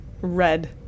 red